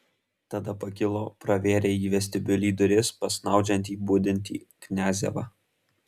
tada pakilo pravėrė į vestibiulį duris pas snaudžiantį budintį kniazevą